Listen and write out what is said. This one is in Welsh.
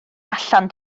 allan